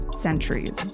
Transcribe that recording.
centuries